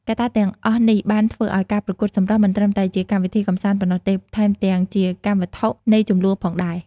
កត្តាទាំងអស់នេះបានធ្វើឱ្យការប្រកួតសម្រស់មិនត្រឹមតែជាកម្មវិធីកម្សាន្តប៉ុណ្ណោះទេ ថែមទាំងជាកម្មវត្ថុនៃជម្លោះផងដែរ។